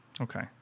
Okay